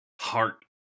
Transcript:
heart